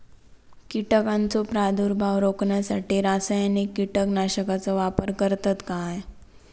कीटकांचो प्रादुर्भाव रोखण्यासाठी रासायनिक कीटकनाशकाचो वापर करतत काय?